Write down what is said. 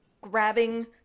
grabbing